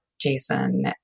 Jason